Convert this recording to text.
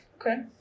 okay